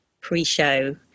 pre-show